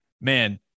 man